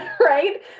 right